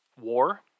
war